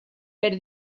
per